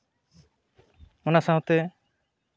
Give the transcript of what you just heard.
ᱚᱱᱟ ᱥᱟᱶᱛᱮ